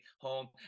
home